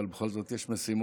אבל בכל זאת יש משימות.